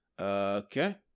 Okay